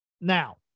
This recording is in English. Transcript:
Now